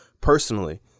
personally